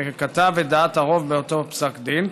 שכתב את דעת הרוב באותו פסק דין,